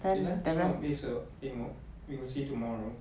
tengok tengok tengok besok we will see tomorrow